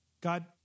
God